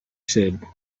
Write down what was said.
said